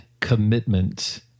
commitment